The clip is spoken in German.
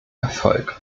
erfolg